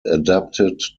adapted